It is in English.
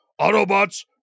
Autobots